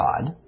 God